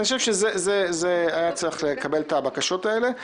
אני חושב שהיה צריך לקבל את הבקשות האלה.